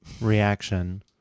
reaction